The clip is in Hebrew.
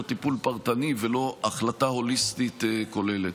טיפול פרטני ולא החלטה הוליסטית כוללת.